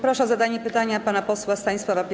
Proszę o zadanie pytania pana posła Stanisława Pie.